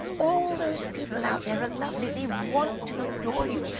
all those people out there are lovely. they want to adore you.